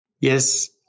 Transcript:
Yes